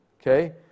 Okay